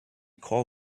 call